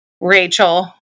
Rachel